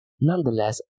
Nonetheless